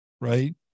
right